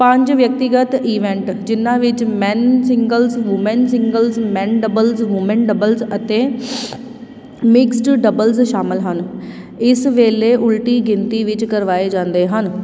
ਪੰਜ ਵਿਅਕਤੀਗਤ ਈਵੈਂਟ ਜਿਨ੍ਹਾਂ ਵਿੱਚ man singles woman singles man doubles woman doubles ਅਤੇ ਮਿਕਸਡ ਡਬਲਜ਼ ਸ਼ਾਮਿਲ ਹਨ ਇਸ ਵੇਲੇ ਉਲਟੀ ਗਿਣਤੀ ਵਿੱਚ ਕਰਵਾਏ ਜਾਂਦੇ ਹਨ